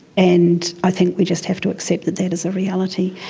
and i think we just have to accept that that is a reality.